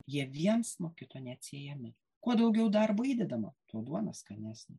jie viens nuo kito neatsiejami kuo daugiau darbo įdedama tuo duona skanesnė